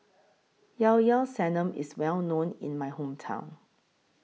Llao Llao Sanum IS Well known in My Hometown